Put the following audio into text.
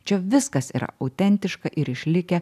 čia viskas yra autentiška ir išlikę